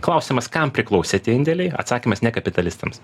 klausimas kam priklausėte tie indėliai atsakymas ne kapitalistams